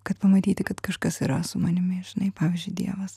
kad pamatyti kad kažkas yra su manimi žinai pavyzdžiui dievas